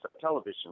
television